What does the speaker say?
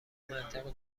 منطق